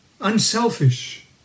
unselfish